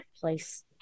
place